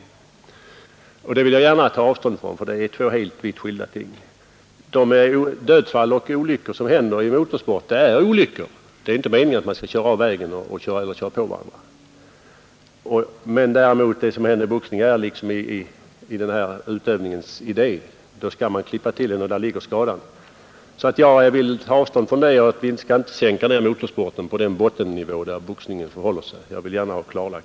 Det är emellertid två helt skilda ting. De dödsfall som inträffar i biltävlingar beror på olyckor. Det går inte ut på att man skall köra av vägen eller köra på varandra. I boxningens idé däremot ligger att man skall avsiktligt företa handlingar som ofrånkomligen leder till skador. Vi skall inte sänka ned motorsporten på den bottennivå där boxningen befinner sig.